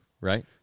Right